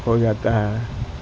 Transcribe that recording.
ہو جاتا ہے